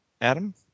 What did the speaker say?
Adam